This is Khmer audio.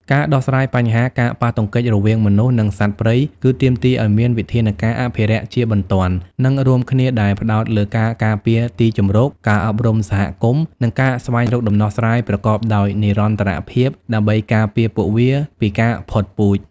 ការដោះស្រាយបញ្ហាការប៉ះទង្គិចរវាងមនុស្ស និងសត្វព្រៃ គឺទាមទារឲ្យមាន វិធានការអភិរក្សជាបន្ទាន់ និងរួមគ្នា ដែលផ្តោតលើការការពារទីជម្រក ការអប់រំសហគមន៍ និងការស្វែងរកដំណោះស្រាយប្រកបដោយនិរន្តរភាព ដើម្បីការពារពួកវាពីការផុតពូជ។